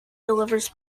delivers